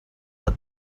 but